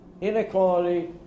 inequality